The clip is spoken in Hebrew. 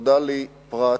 נודע לי פרט